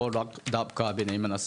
לאו דווקא של בני מנשה.